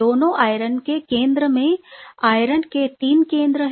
दोनों आयरन के केंद्र में आयरन के 3 केंद्र हैं